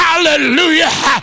Hallelujah